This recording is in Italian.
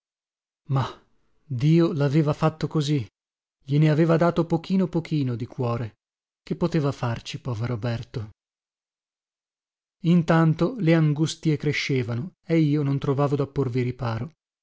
mah dio laveva fatto così gliene aveva dato pochino pochino di cuore che poteva farci povero berto intanto le angustie crescevano e io non trovavo da porvi riparo